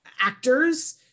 actors